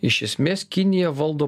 iš esmės kinija valdo